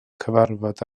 cyfarfod